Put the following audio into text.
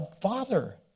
Father